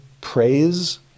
praise